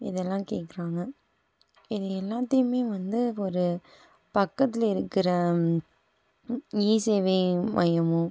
இதெல்லாம் கேட்குறாங்க இது எல்லாத்தையுமே வந்து ஒரு பக்கத்தில் இருக்கிற இ சேவை மையமும்